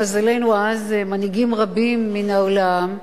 למזלנו אז, מנהיגים רבים מן העולם,